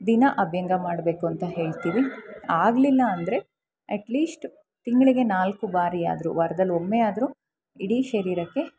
ದಿನ ಅಭ್ಯಂಗ ಮಾಡಬೇಕು ಅಂತ ಹೇಳ್ತೀವಿ ಆಗಲಿಲ್ಲ ಅಂದರೆ ಎಟ್ ಲೀಶ್ಟ್ ತಿಂಗಳಿಗೆ ನಾಲ್ಕು ಬಾರಿ ಆದರೂ ವಾರದಲ್ಲಿ ಒಮ್ಮೆ ಆದ್ರೂ ಇಡೀ ಶರೀರಕ್ಕೆ